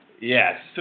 Yes